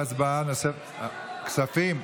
כספים?